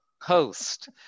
host